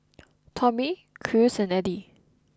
Tommy Cruz and Edie